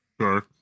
Sure